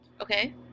Okay